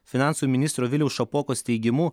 finansų ministro viliaus šapokos teigimu